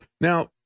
Now